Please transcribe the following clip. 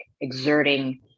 exerting